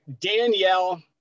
Danielle